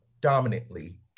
dominantly